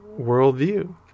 worldview